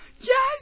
Yes